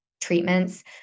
treatments